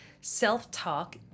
Self-talk